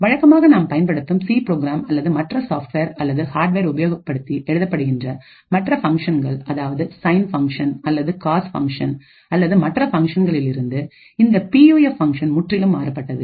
வழக்கமாக நாம் பயன்படுத்தும் சி ப்ரோக்ராம் அல்லது மற்ற சாஃப்ட்வேர் அல்லது ஹார்ட்வேர் உபயோகப்படுத்தி எழுதப்படுகின்ற மற்ற ஃபங்க்ஷன்கள் அதாவது சைன் ஃபங்க்ஷன் அல்லது காஸ் ஃபங்க்ஷன் அல்லது மற்ற ஃபங்ஷனில் இருந்து இந்த பி யஎஃப் ஃபங்க்ஷன் முற்றிலும் மாறுபட்டது